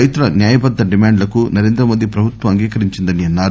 రైతుల న్యాయబద్ద డిమాండ్లకు నరేంద్రమోదీ ప్రభుత్వం అంగీకరించిందని అన్నారు